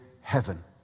heaven